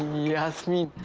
yasmine